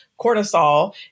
cortisol